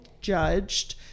judged